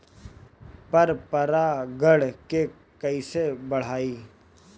पर परा गण के कईसे बढ़ाई?